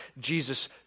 Jesus